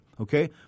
Okay